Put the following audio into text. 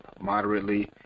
moderately